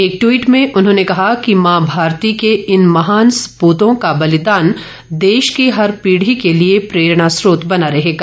एक टवीट में उन्होंने कहा कि मां भारती के इन महान सपूतों का बलिदान देश की हर पीढ़ी के लिए प्रेरणास्त्रोत बना रहेगा